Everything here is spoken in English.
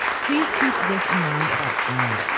please keep this in mind about slang.